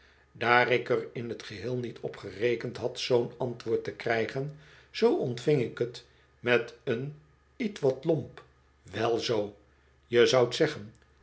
daar ik er in t geheel niet op gerekend had zoo'n antwoord te krijgen zoo ontving ik t met een ietwat lomp wel zoo je zoudt zeggen